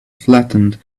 flattened